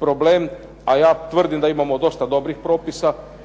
problem, a ja tvrdim da imamo dosta dobrih propisa,